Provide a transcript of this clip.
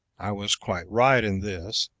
i was quite right in this.